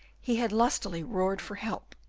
he had lustily roared for help,